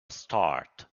start